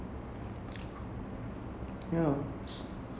it's a lot of things lah but ya the biryani is damn nice